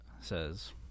says